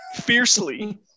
Fiercely